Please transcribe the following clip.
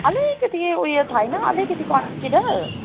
अलिकति यो ऊ यो छैन अलिकति कन्सिडर